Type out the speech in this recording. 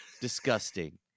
disgusting